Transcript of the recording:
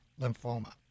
lymphoma